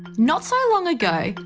not so long ago,